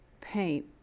paint